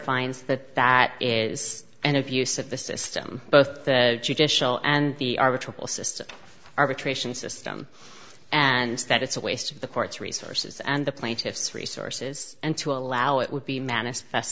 finds that that is an abuse of the system both the judicial and the ritual system arbitration system and that it's a waste of the court's resources and the plaintiff's resources and to allow it would be manifest